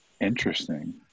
Interesting